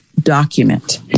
document